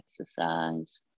exercise